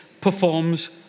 performs